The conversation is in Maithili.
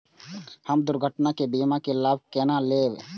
हम दुर्घटना के बीमा के लाभ केना लैब?